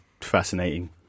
fascinating